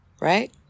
right